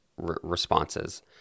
responses